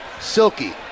silky